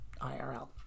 IRL